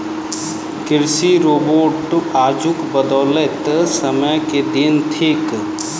कृषि रोबोट आजुक बदलैत समय के देन थीक